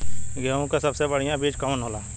गेहूँक सबसे बढ़िया बिज कवन होला?